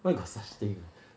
where got such thing